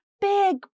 big